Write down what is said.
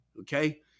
Okay